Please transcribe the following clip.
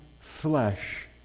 flesh